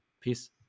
Peace